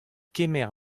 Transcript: kemer